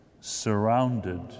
surrounded